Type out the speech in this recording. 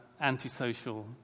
antisocial